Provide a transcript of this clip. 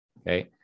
Okay